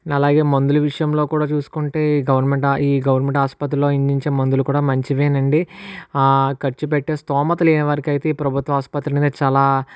అలాగే మందుల విషయంలో కూడా చూసుకుంటే ఈ గవర్నమెంట్ ఈ గవర్నమెంట్ ఆసుపత్రులలో అందించే మందులు కూడా మంచివి అండి ఆ ఖర్చు పెట్టే స్తోమత లేనివారికైతే ఈ ప్రభుత్వ ఆసుపత్రి అనేది చాలా